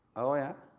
oh yeah?